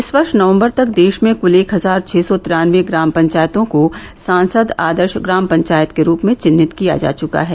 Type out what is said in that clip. इस वर्ष नवंबर तक देश में कुल एक हजार छः सौ तिरान्नवे ग्राम पंचायतों को सांसद आदर्श ग्राम पंचायत के रूप में चिन्हित किया जा चुका है